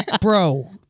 Bro